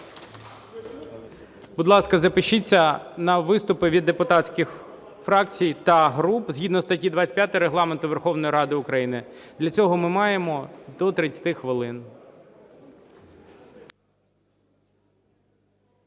Будь ласка, запишіться на виступи від депутатських фракцій та груп згідно статті 25 Регламенту Верховної Ради України. Для цього ми маємо до 30 хвилин.